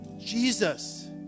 Jesus